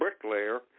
bricklayer